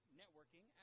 networking